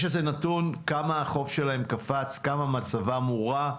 יש נתון כמה החוב שלהן קפץ, כמה מצבן הורע?